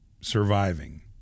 surviving